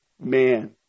man